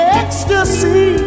ecstasy